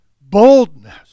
Boldness